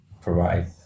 provide